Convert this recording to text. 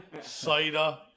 Cider